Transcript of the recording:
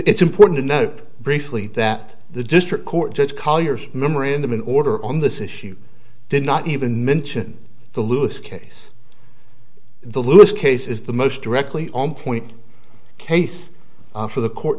it's important to note briefly that the district court judge colliers memorandum in order on this issue did not even mention the luth case the lewis case is the most directly on point case for the court